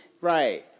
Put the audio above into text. Right